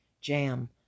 jam